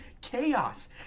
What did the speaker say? chaos